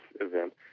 event